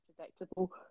unpredictable